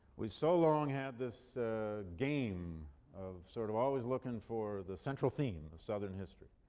we so long had this game of sort of always looking for the central theme of southern history,